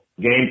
Game